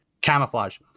camouflage